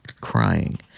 crying